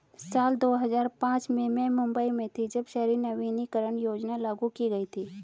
साल दो हज़ार पांच में मैं मुम्बई में थी, जब शहरी नवीकरणीय योजना लागू की गई थी